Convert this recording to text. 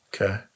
Okay